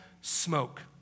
smoke